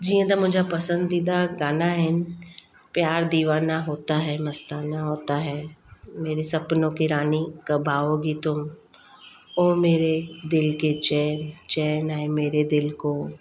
जीअं त मुंहिंजा पसंदीदा गाना आहिनि प्यार दिवाना होता है मस्ताना होता है मेरे सपनो की रानी कब आओगी तुम ओ मेरे दिलि के चैन चैन आए मेरे दिलि को